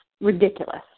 ridiculous